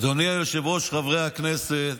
אדוני היושב-ראש, חברי הכנסת,